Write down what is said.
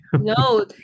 No